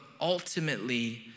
ultimately